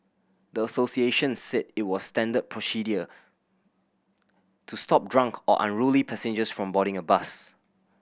the associations said it was standard procedure to stop drunk or unruly passengers from boarding a bus